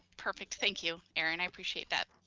perfect, thank you, erin, i appreciate that.